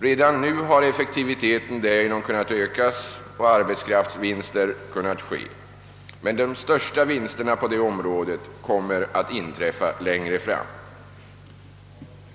Redan nu har effektiviteten härigenom kunnat ökas och arbetskraftsvinster kunnat göras. Men de största vinsterna på området kommer att ske längre fram.